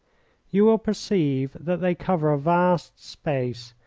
you will perceive that they cover a vast space,